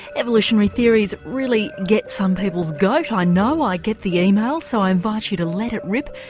evolutionary theories really get some people's goat i know, i get the emails, so i invite you to let it rip,